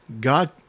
God